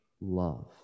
love